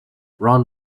ron